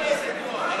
די, מספיק כבר.